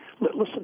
Listen